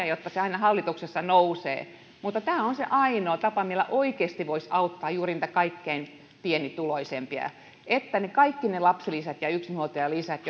jotta se aina hallituksessa nousisi mutta tämä on se ainoa tapa millä oikeasti voisi auttaa juuri niitä kaikkein pienituloisimpia että kaikki ne lapsilisät ja ja yksinhuoltajalisät